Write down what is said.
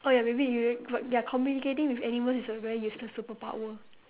oh ya they will but ya communicating with animals is a very useless superpower